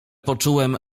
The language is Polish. poczułem